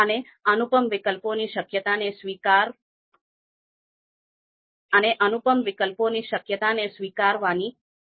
હવે આપણે ઈલેકટેર ની વિવિધ પદ્ધતિઓ વિશે ચર્ચા કરીશું જે ઉપલબ્ધ છે અને ચોક્કસ પ્રકારની નિર્ણય સમસ્યા માટે વિકસાવવામાં આવી છે